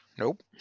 Nope